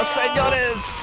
señores